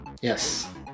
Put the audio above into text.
Yes